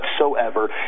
whatsoever